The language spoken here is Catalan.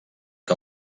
que